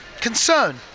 Concern